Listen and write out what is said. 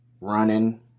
running